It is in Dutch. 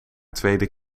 tweede